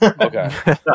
Okay